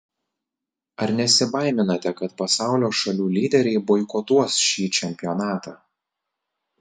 ar nesibaiminate kad pasaulio šalių lyderiai boikotuos šį čempionatą